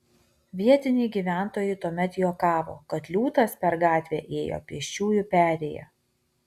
vietiniai gyventojai tuomet juokavo kad liūtas per gatvę ėjo pėsčiųjų perėja